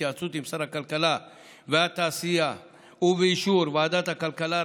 בהתייעצות עם שר הכלכלה והתעשייה ובאישור ועדת הכלכלה,